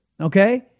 Okay